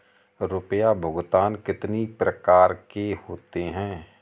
रुपया भुगतान कितनी प्रकार के होते हैं?